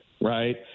right